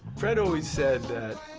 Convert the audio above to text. fred always said that